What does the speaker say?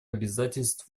обязательств